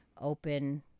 open